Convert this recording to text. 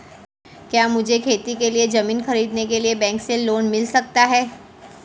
क्या मुझे खेती के लिए ज़मीन खरीदने के लिए बैंक से लोन मिल सकता है?